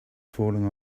falling